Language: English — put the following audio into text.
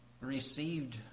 received